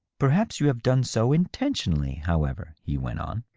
perhaps you have done so intentionally, however, he went on,